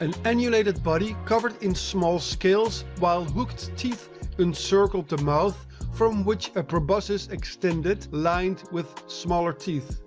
an annulated body covered in small scales, while hooked teeth encircled the mouth from which a proboscis extended lined with smaller teeth.